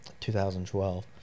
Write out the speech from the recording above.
2012